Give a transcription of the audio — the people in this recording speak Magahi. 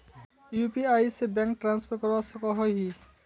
यु.पी.आई से बैंक ट्रांसफर करवा सकोहो ही?